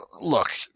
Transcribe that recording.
look